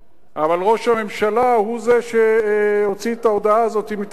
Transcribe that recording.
אבל ראש הממשלה הוא זה שהוציא את ההודעה הזאת מתחת ידו.